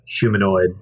humanoid